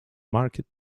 market